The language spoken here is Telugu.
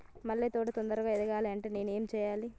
మల్లె తోట తొందరగా ఎదగాలి అంటే నేను ఏం చేయాలి?